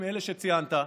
אלה שציינת.